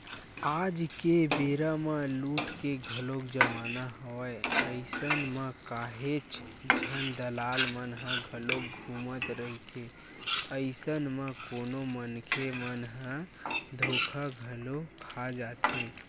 आज के बेरा म लूट के घलोक जमाना हवय अइसन म काहेच झन दलाल मन ह घलोक घूमत रहिथे, अइसन म कोनो मनखे मन ह धोखा घलो खा जाथे